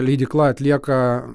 leidykla atlieka